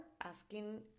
asking